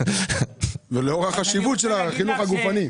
ולאור החשיבות של החינוך הגופני.